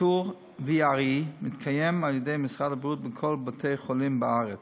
ניטור VRE מתקיים על-ידי משרד הבריאות בכל בתי-החולים בארץ.